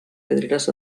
pedreres